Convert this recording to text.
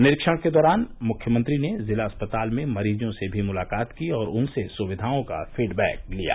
निरीक्षण के दौरान मुख्यमंत्री ने जिला अस्पताल में मरीजों से भी मुलाकात की और उनसे सुविधाओं का फीडबैक लिया